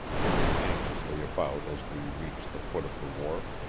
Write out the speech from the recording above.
peering anxiously about as we reached the foot of the wharf.